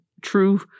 true